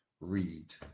read